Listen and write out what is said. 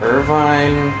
Irvine